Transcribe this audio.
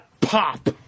Pop